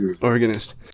organist